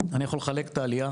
אני יכול לחלק את העלייה